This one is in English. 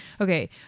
Okay